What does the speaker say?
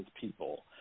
people